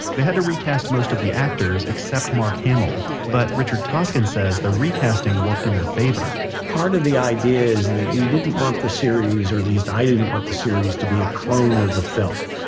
they had to recast most of the actors, except mark hamill. but richard toscan says the recasting worked in their favor part of the idea is that we didn't want the series, or at least i didn't want the series to be a clone of the film.